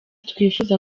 twifuza